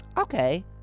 Okay